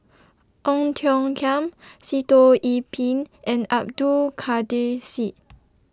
Ong Tiong Khiam Sitoh Yih Pin and Abdul Kadir Syed